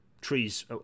trees